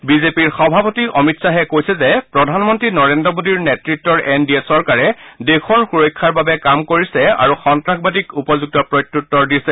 বিজেপিৰ সভাপতি অমিত খাহে কৈছে যে প্ৰধানমন্ত্ৰী নৰেন্দ্ৰ মোডীৰ নেত়ত্বৰ এন ডি এ চৰকাৰে দেশৰ সুৰক্ষাৰ বাবে কাম কৰিছে আৰু সন্ত্ৰাসবাদীক উপযুক্ত প্ৰত্যুত্বৰ দিছে